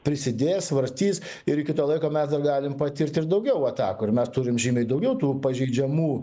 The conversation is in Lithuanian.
prisidės svarstys ir iki to laiko mes dar galim patirt ir daugiau atakų ir mes turim žymiai daugiau tų pažeidžiamų